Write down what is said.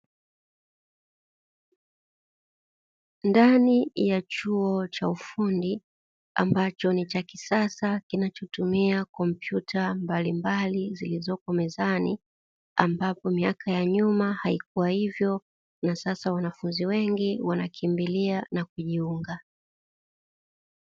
Ndani ya chuo cha ufundi, ambacho ni cha kisasa kinachotumia kompyuta mbalimbali zilizopo mezani ambapo miaka ya nyuma haikuwa hivyo na sasa wanafunzi wengi wanakimbilia na kujiunga.